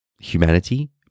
humanity